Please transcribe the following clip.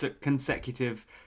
consecutive